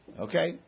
Okay